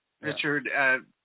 Richard